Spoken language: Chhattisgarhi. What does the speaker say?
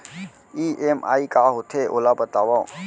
ई.एम.आई का होथे, ओला बतावव